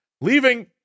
Leaving